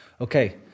Okay